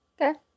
Okay